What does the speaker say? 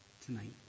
tonight